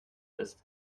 ist